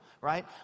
right